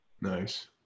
Nice